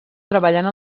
treballant